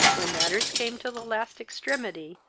when matters came to the last extremity,